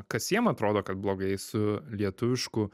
kas jiem atrodo kad blogai su lietuvišku